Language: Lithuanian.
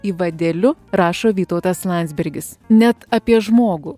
įvadėliu rašo vytautas landsbergis net apie žmogų